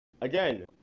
again